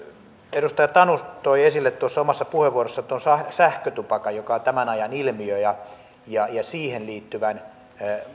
edustaja tanus toi esille tuossa omassa puheenvuorossaan tuon sähkötupakan joka on tämän ajan ilmiö ja ja siihen liittyvän